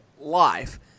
life